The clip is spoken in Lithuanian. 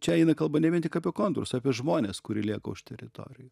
čia eina kalba ne vien tik apie kontūrus apie žmones kurie lieka už teritorijų